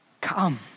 come